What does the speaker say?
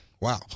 wow